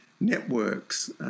networks